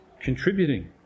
contributing